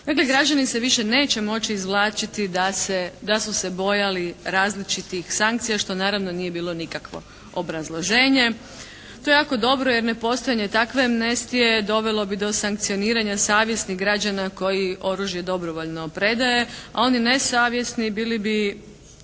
Dakle građani se više neće moći izvlačiti da se, da su se bojali različitih sankcija što naravno nije bilo nikakvo obrazloženje. To je jako dobro jer nepostojanje takve amnestije dovelo bi do sankcioniranja savjesnih građana koji oružje dobrovoljno predaje, a oni nesavjesni bili bi